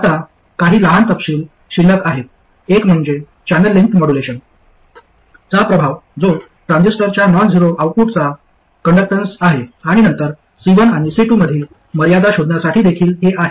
आता काही लहान तपशील शिल्लक आहेत एक म्हणजे चॅनेल लेन्थ मॉड्युलेशन चा प्रभाव जो ट्रान्झिस्टरच्या नॉन झेरो आउटपुटचा कंडक्टन्स आहे आणि नंतर C1 आणि C2 मधील मर्यादा शोधण्यासाठी देखील हे आहे